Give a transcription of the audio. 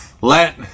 let